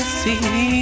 see